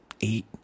eight